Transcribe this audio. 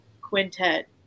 quintet